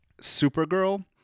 Supergirl